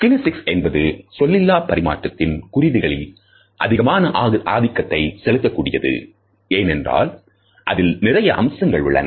kinesics என்பது சொல்லிலா பரிமாற்றத்தின் குறியீடுகளில் அதிகமான ஆதிக்கத்தை செலுத்த கூடியது ஏனென்றால் அதில் நிறைய அம்சங்கள் உள்ளன